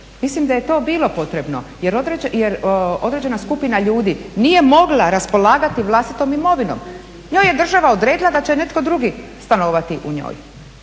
Mislim da je to bilo potrebno jer određena skupina ljudi nije mogla raspolagati vlastitom imovinom. Njoj je država odredila da će netko drugi stanovati u njoj.